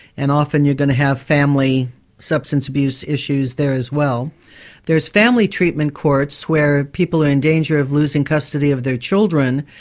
and often you're going to have family substance abuse issues there as well there's family treatment courts where people are in danger of losing custody of their children,